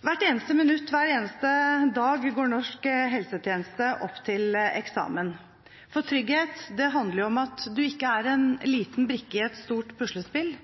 Hvert eneste minutt hver eneste dag går norsk helsetjeneste opp til eksamen, for trygghet handler om at en ikke er en liten brikke i et stort puslespill,